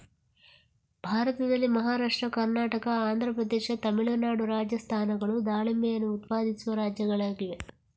ಭಾರತದಲ್ಲಿ ಮಹಾರಾಷ್ಟ್ರ, ಕರ್ನಾಟಕ, ಆಂಧ್ರ ಪ್ರದೇಶ, ತಮಿಳುನಾಡು, ರಾಜಸ್ಥಾನಗಳು ದಾಳಿಂಬೆಯನ್ನು ಉತ್ಪಾದಿಸುವ ರಾಜ್ಯಗಳಾಗಿವೆ